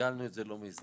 תרגלנו את זה לא מזמן.